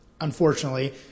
unfortunately